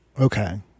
Okay